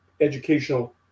educational